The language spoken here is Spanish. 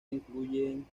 incluyen